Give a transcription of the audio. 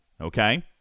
okay